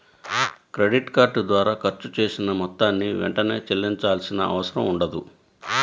credit card ద్వారా ఖర్చు చేసిన మొత్తాన్ని వెంటనే చెల్లించాల్సిన అవసరం ఉండదు